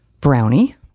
Brownie